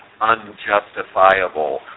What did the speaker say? unjustifiable